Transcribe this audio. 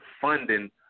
Funding